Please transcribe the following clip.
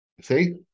See